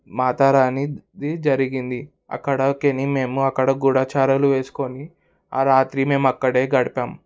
మాతా రానీది జరిగింది అక్కడ మేము అక్కడ కూడా చారలు వేసుకొని ఆ రాత్రి మేము అక్కడే గడిపాం